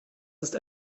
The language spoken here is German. ist